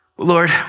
Lord